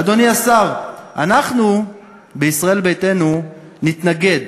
אדוני השר, אנחנו בישראל ביתנו נתנגד,